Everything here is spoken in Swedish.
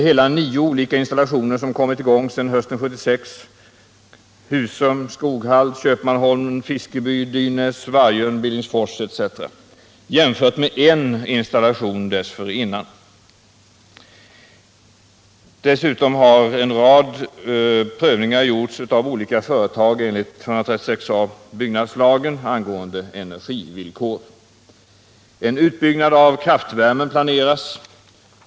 Hela nio olika installationer har kommit i gång sedan hösten 1976 jämfört med en installation desförinnan. Dessutom har en rad prövningar angående energivillkor gjorts för olika företag enligt 136 a § byggnadslagen. En utbyggnad av kraftvärmen planeras.